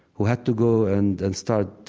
who had to go and and start